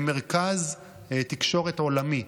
למרכז תקשורת עולמי.